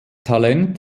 talent